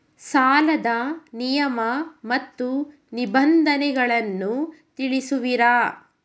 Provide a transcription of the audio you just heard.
ಸಾಲದ ನಿಯಮ ಮತ್ತು ನಿಬಂಧನೆಗಳನ್ನು ತಿಳಿಸುವಿರಾ?